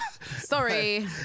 Sorry